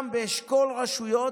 גם באשכול רשויות,